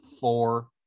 four